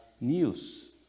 news